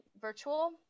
virtual